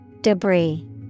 Debris